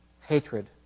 hatred